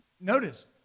Notice